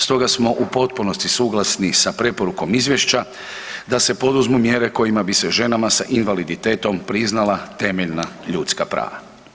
Stoga smo u potpunosti suglasni sa preporukom izvješća da se poduzmu mjere kojima bi se ženama sa invaliditetom priznala temeljna ljudska prava.